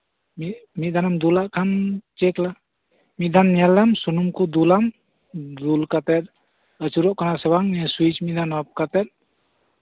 ᱢᱤᱫ ᱢᱤᱫ ᱫᱷᱟᱣᱮᱢ ᱫᱩᱞᱟᱜ ᱠᱷᱟᱱ ᱪᱮᱠ ᱞᱟ ᱢᱤᱫ ᱫᱷᱟᱢ ᱧᱮᱞ ᱞᱮᱢ ᱥᱩᱱᱩᱢ ᱠᱚ ᱫᱩᱞᱟᱢ ᱫᱩᱞ ᱠᱟᱛᱮᱫ ᱟᱹᱪᱩᱨᱚᱜ ᱠᱟᱱᱟ ᱥᱮ ᱵᱟᱝ ᱥᱩᱭᱤᱪ ᱢᱤᱫ ᱫᱷᱟᱣ ᱚᱯᱷ ᱠᱟᱛᱮ